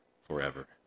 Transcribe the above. forever